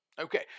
Okay